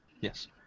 Yes